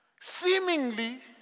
seemingly